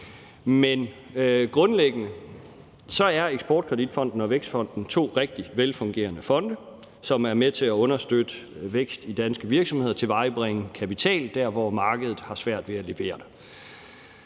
Men grundlæggende er Danmarks Eksportkredit og Vækstfonden to rigtig velfungerende fonde, som er med til at understøtte vækst i danske virksomheder og tilvejebringe kapital der, hvor markedet har svært ved at levere.